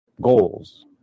goals